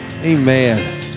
Amen